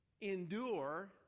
endure